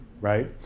right